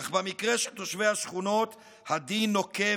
אך במקרה של תושבי השכונות הדין נוקב